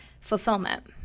fulfillment